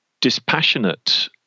dispassionate